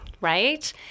Right